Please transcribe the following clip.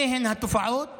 אלה תופעות